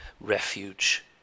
refuge